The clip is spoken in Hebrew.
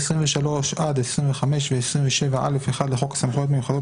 23 עד 25 ו-27 (א)(1) לחוק סמכויות מיוחדות